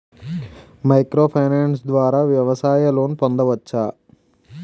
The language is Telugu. మైక్రో ఫైనాన్స్ ద్వారా వ్యవసాయ లోన్ పొందవచ్చా?